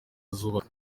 zubaka